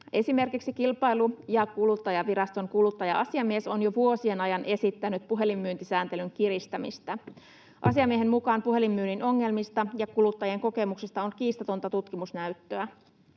Esimerkiksi Kilpailu- ja kuluttajaviraston kuluttaja-asiamies on jo vuosien ajan esittänyt puhelinmyyntisääntelyn kiristämistä. Asiamiehen mukaan puhelinmyynnin ongelmista ja kuluttajien kokemuksista on kiistatonta tutkimusnäyttöä.